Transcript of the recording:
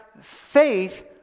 faith